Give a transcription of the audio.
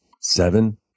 seven